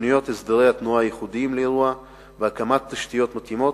תוכניות הסדרי התנועה הייחודיים לאירוע והקמת התשתיות המתאימות,